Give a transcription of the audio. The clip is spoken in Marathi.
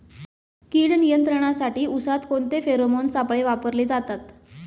कीड नियंत्रणासाठी उसात कोणते फेरोमोन सापळे वापरले जातात?